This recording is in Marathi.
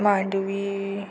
मांडवी